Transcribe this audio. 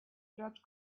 judge